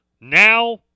now